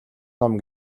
ном